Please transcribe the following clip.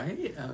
right